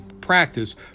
practice